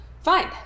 Fine